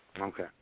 Okay